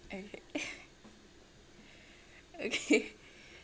okay